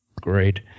Great